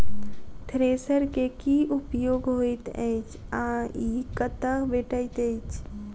Thresher केँ की उपयोग होइत अछि आ ई कतह भेटइत अछि?